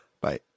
Bye